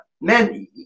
Men